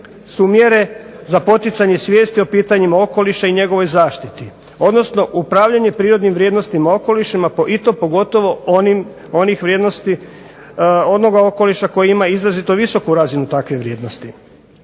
su mjere za poticanje svijesti o pitanjima okoliša i njegovoj zaštiti odnosno upravljanje prirodnim vrijednostima okoliša i to pogotovo onih vrijednosti onoga okoliša koja ima izrazito visoku razinu takve vrijednosti.